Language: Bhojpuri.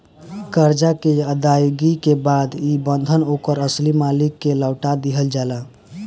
करजा के अदायगी के बाद ई बंधन ओकर असली मालिक के लौटा दिहल जाला